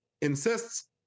insists